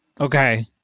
Okay